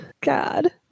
god